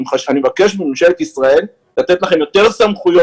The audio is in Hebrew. אני מבקש מממשלת ישראל לתת לכם יותר סמכויות